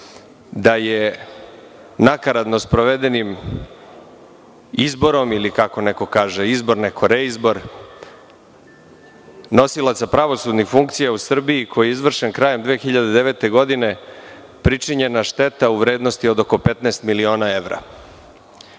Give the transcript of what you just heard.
da je nakaradno sprovedenim izborom ili kako neko kaže reizborom nosilaca pravosudnih funkcija u Srbiji koji je izvršen krajem 2009. godine, pričinjena je šteta u vrednosti oko 15 miliona evra.